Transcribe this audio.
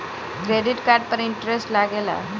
Credit card पर interest लागेला?